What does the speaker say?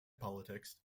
politics